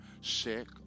sick